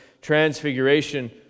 transfiguration